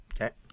Okay